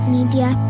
Media